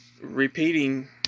repeating